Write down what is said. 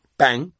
bang